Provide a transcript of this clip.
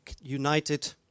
United